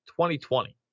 2020